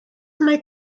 mae